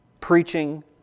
Preaching